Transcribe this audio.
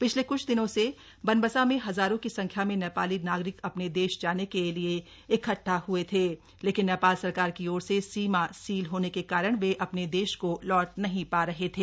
पिछले कुछ दिनों से बनबसा में हजारों की संख्या में नेपाली नागरिक अपने देश जाने के लिए इकठ्ठा हए थे लेकिन नेपाल सरकार की ओर से सीमा सील होने के कारण वे अपने देश को लौट नहीं पा रहे थे